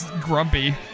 grumpy